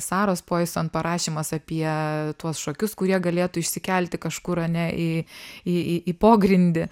saros poison parašymas apie tuos šokius kurie galėtų išsikelti kažkur ane į į į pogrindį